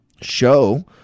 show